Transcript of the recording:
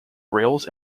rails